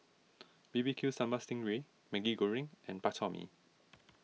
B B Q Sambal Sting Ray Maggi Goreng and Bak Chor Mee